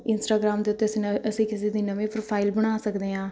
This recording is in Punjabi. ਇੰਸਟਾਗਰਾਮ ਦੇ ਉੱਤੇ ਸਨ ਅਸੀਂ ਕਿਸੇ ਦੀ ਨਵੀਂ ਪ੍ਰੋਫਾਈਲ ਬਣਾ ਸਕਦੇ ਹਾਂ